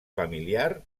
familiar